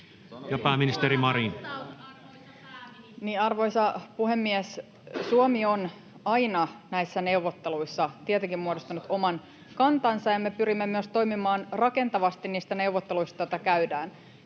Content: Arvoisa puhemies! Suomi on näissä neuvotteluissa tietenkin aina muodostanut oman kantansa, ja me pyrimme myös toimimaan rakentavasti niissä neuvotteluissa, joita käydään.